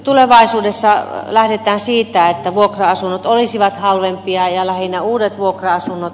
tulevaisuudessa lähdetään siitä että vuokra asunnot olisivat halvempia ja lähinnä uudet vuokra asunnot